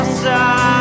side